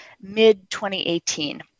mid-2018